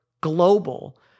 global